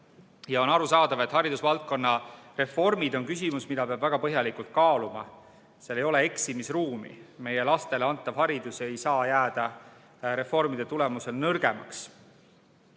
On arusaadav, et haridusvaldkonna reformid on küsimus, mida peab väga põhjalikult kaaluma. Seal ei ole eksimisruumi. Meie lastele antav haridus ei tohi jääda reformide tulemusel nõrgemaks.